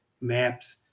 Maps